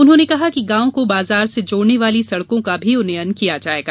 उन्होंने कहा कि गांव को बाजार से जोड़ने वाली सड़कों का भी उन्नयन किया जाएगा